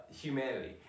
humanity